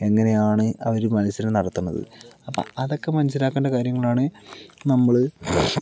എങ്ങനെയാണ് അവർ മത്സരം നടത്തണത് അപ്പോൾ അതൊക്കെ മനസിലാക്കേണ്ട കാര്യങ്ങളാണ് നമ്മൾ